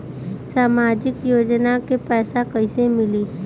सामाजिक योजना के पैसा कइसे मिली?